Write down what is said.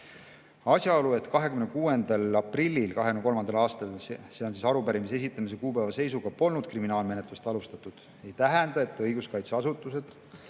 Asjaolu, et 26. aprillil 2023. aastal, see on arupärimise esitamise kuupäeva seisuga, polnud kriminaalmenetlust alustatud, ei tähenda, et õiguskaitseasutused,